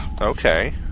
Okay